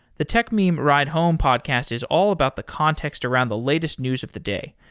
the techmeme ride home podcast is all about the context around the latest news of the day.